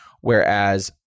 Whereas